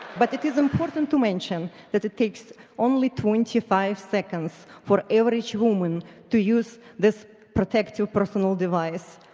but it is important to mention that it takes only twenty five seconds for average woman to use this protective personal device.